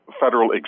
federal